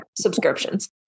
subscriptions